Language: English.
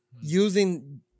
using